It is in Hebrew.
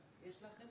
לאתר.